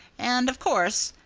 and, of course,